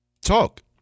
talk